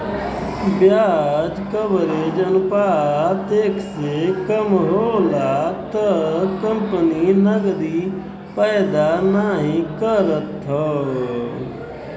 ब्याज कवरेज अनुपात एक से कम होला त कंपनी नकदी पैदा नाहीं करत हौ